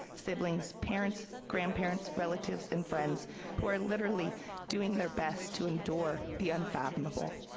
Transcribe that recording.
siblings, parents, grandparents relatives, and friends who are literally doing their best to endure the unfathomable.